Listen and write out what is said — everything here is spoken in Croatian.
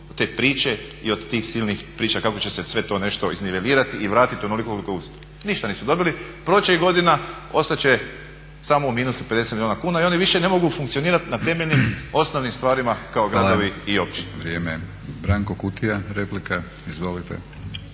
te priče i od tih silnih priča kako će se sve to nešto iznivelirati i vratiti onoliko koliko …/Govornik se ne razumije./… Ništa nisu dobili. Proći će i godina, ostat će samo u minusu 50 milijuna kuna i oni više ne mogu funkcionirati na temeljnim, osnovnim stvarima kao gradovi i općine.